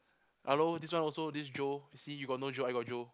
hello this one also this Joe you see you got no Joe I got Joe